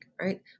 right